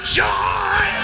joy